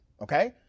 Okay